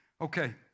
Okay